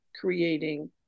creating